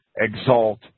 exalt